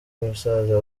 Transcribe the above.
musaza